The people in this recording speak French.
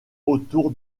autour